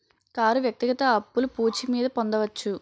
car వ్యక్తిగత అప్పులు పూచి మీద పొందొచ్చు